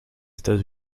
états